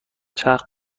چرخ